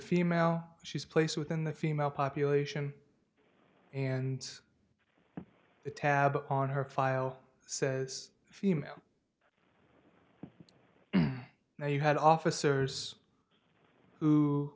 female she's placed within the female population and the tab on her file says female now you had officers who